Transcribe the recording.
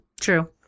True